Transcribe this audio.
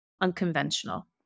unconventional